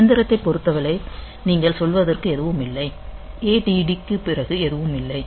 இயந்திரத்தைப் பொருத்தவரை நீங்கள் சொல்வதற்கு எதுவுமில்லை ADD க்குப் பிறகு எதுவும் இல்லை